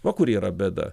va kur yra bėda